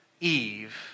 Eve